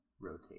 Rotate